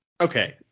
Okay